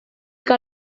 que